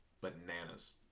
bananas